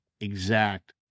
exact